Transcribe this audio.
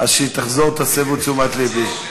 כשהיא תחזור, תסבו את תשומת לבי.